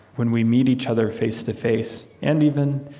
when we meet each other face-to-face, and even,